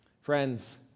Friends